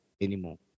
anymore